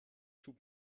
tut